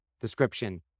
description